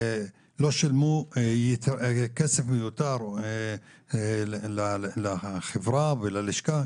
והם לא שילמו כסף מיותר לחברה וללשכה?